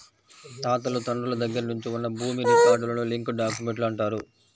తాతలు తండ్రుల దగ్గర నుంచి ఉన్న భూమి రికార్డులను లింక్ డాక్యుమెంట్లు అంటారు